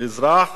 אזרח